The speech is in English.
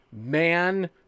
Man